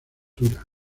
cultura